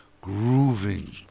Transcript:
grooving